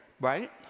right